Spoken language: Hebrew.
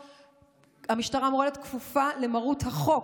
שהמשטרה אמורה כפופה למרות החוק.